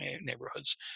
neighborhoods